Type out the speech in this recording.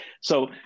So-